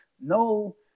No